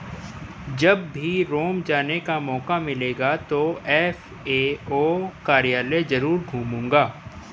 जब भी रोम जाने का मौका मिलेगा तो एफ.ए.ओ कार्यालय जरूर घूमूंगा